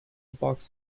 box